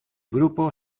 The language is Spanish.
grupo